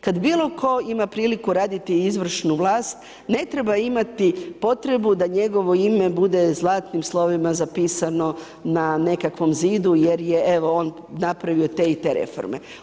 Kad bilo ko ima priliku raditi izvršnu vlast ne treba imati potrebu da njegovo ime bude zlatnim slovima zapisano na nekakvom zidu jer je evo on napravio te i te reforme.